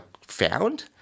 found